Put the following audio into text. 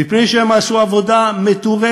מפני שהם עשו עבודה מטורפת,